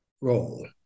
role